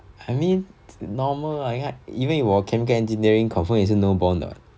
I mean normal I~ 因为我 chemical engineering confirm 也是 no bond what